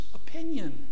opinion